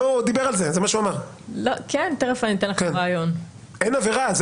אין עבירה.